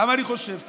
למה אני חושב כך?